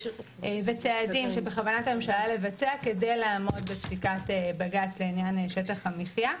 וצעדים שבכוונת הממשלה לבצע כדי לעמוד בפסיקת בג"ץ לעניין שטח המחיה.